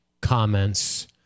comments